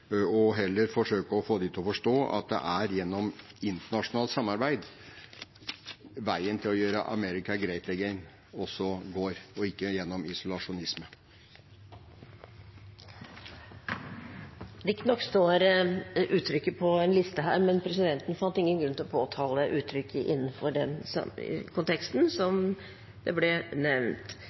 heller forsøke å få dem til å forstå at det er gjennom internasjonalt samarbeid veien til å gjøre «America great again» også går, og ikke gjennom isolasjonisme. Riktignok står det nevnte uttrykket på en liste her, men presidenten fant ingen grunn til å påtale det innenfor den konteksten som det ble nevnt.